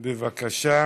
בבקשה.